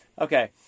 Okay